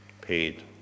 Paid